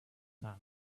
son